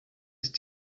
ist